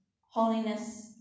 holiness